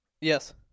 Yes